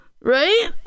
Right